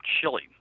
chilly